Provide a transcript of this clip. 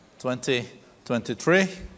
2023